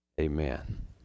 Amen